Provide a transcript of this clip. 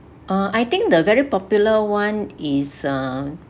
uh I think the very popular one is uh